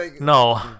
no